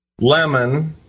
lemon